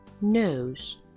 nose